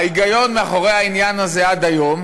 ההיגיון מאחורי העניין הזה עד היום